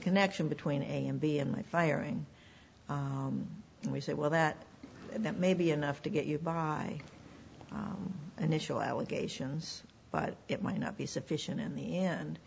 connection between a and b in my firing and we say well that that may be enough to get you by an initial allegations but it might not be sufficient in the end